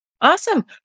Awesome